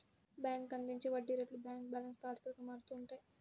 bank అందించే వడ్డీ రేట్లు బ్యాంక్ బ్యాలెన్స్ ప్రాతిపదికన మారుతూ ఉంటాయి